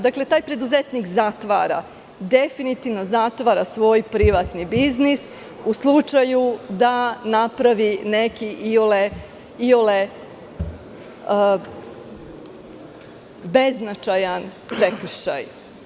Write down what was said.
Dakle, taj preduzetnik definitivno zatvara svoj privatni biznis u slučaju da napravi neki iole beznačajan prekršaj.